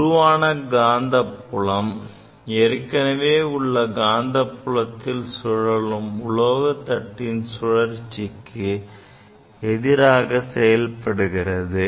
உருவான இந்த காந்தப் புலம் ஏற்கனவே உள்ள காந்தப்புலத்தில் சூழலும் உலோக தட்டின் சுழற்சிக்கு எதிராக செயல்படுகிறது